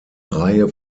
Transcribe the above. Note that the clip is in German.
reihe